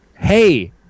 Hey